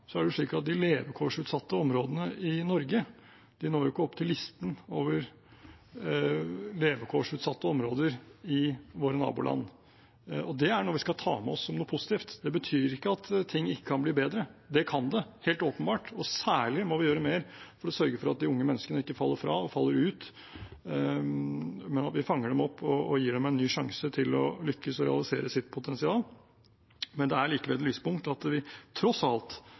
er det slik at de levekårsutsatte områdene i Norge ikke når opp til listen over levekårsutsatte områder i våre naboland. Det er noe vi skal ta med oss som positivt. Det betyr ikke at ting ikke kan bli bedre, det kan de helt åpenbart, og særlig må vi gjøre mer for å sørge for at de unge menneskene ikke faller fra og faller ut, men at vi fanger dem opp og gir dem en ny sjanse til å lykkes og realisere sitt potensial. Men det er likevel et lyspunkt at tross alt